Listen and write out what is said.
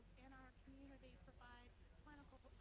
and our community provide kind of